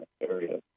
area